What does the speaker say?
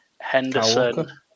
Henderson